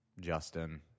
Justin